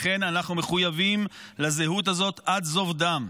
לכן אנחנו מחויבים לזהות הזאת עד זוב דם.